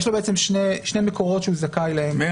יש לו בעצם שני מקורות שהוא זכאי להם,